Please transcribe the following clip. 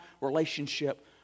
relationship